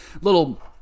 little